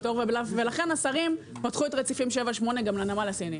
לכן השרים פתחו את רציפים 7, 8 גם לנמל הסיני.